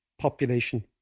population